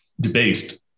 debased